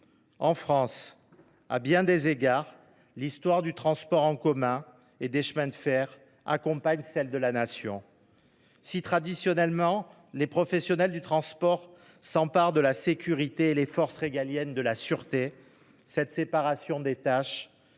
en France, à bien des égards, l’histoire du transport en commun et des chemins de fer accompagne celle de la Nation. Traditionnellement, les professionnels du transport s’emparent de la sécurité, et les forces régaliennes de la sûreté. Mais cette séparation des tâches